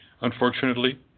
unfortunately